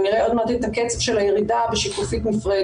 ונראה עוד מעט את הקצב של הירידה בשקופית נפרדת.